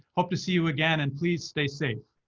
hope to see you again, and please stay safe.